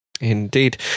indeed